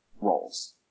roles